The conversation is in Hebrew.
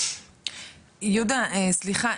יהודה סליחה,